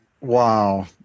Wow